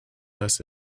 less